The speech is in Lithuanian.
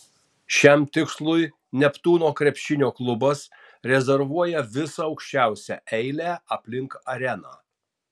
šiam tikslui neptūno krepšinio klubas rezervuoja visą aukščiausią eilę aplink areną